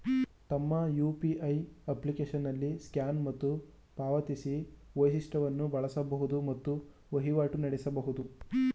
ತಮ್ಮ ಯು.ಪಿ.ಐ ಅಪ್ಲಿಕೇಶನ್ನಲ್ಲಿ ಸ್ಕ್ಯಾನ್ ಮತ್ತು ಪಾವತಿಸಿ ವೈಶಿಷ್ಟವನ್ನು ಬಳಸಬಹುದು ಮತ್ತು ವಹಿವಾಟು ನಡೆಸಬಹುದು